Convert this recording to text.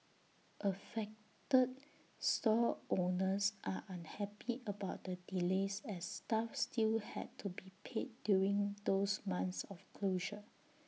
affected stall owners are unhappy about the delays as staff still had to be paid during those months of closure